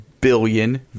billion